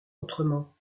autrement